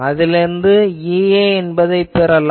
அதிலிருந்து நீங்கள் EA என்பதைப் பெறலாம்